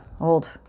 old